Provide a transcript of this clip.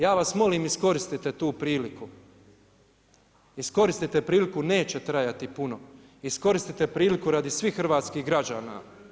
Ja vas molim iskoristite tu priliku, iskoristite priliku neće trajati puno, iskoristite priliku radi svih hrvatskih građana.